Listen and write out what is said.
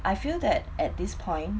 I feel that at this point